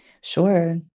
Sure